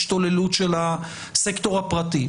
השתוללות של הסקטור הפרטי.